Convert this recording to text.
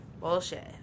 Bullshit